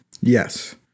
Yes